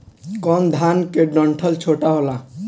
कौन धान के डंठल छोटा होला?